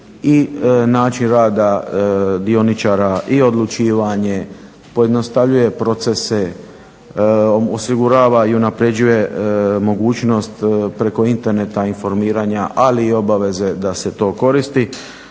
i način rada dioničara i odlučivanje, pojednostavljuje procese, osigurava i unapređuje mogućnost preko interneta informiranja ali i obaveze da se to koristi